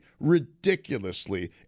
ridiculously